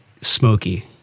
smoky